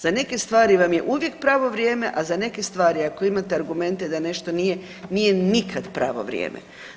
Za neke stvari vam je uvijek pravo vrijeme, a za neke stvari ako imate argumente da nešto nije, nije nikad pravo vrijeme.